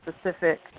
specific